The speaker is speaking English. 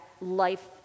life